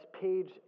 page